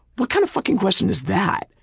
what kind of fucking question is that?